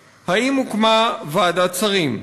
1. האם הוקמה ועדת שרים?